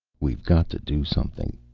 we've got to do something,